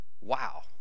wow